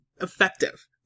effective